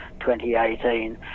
2018